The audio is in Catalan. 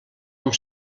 amb